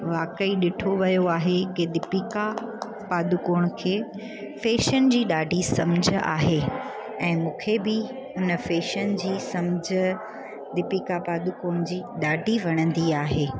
वाक़ई ॾिठो वियो आहे की दीपिका पादूकोण खे फेशन जी ॾाढी सम्झ आहे ऐं मूंखे बि हुन फेशन जी सम्झ दीपिका पादूकोण जी ॾाढी वणंदी आहे